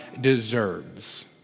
deserves